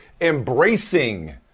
embracing